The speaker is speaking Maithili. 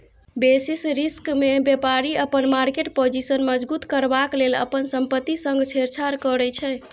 बेसिस रिस्कमे बेपारी अपन मार्केट पाजिशन मजगुत करबाक लेल अपन संपत्ति संग छेड़छाड़ करै छै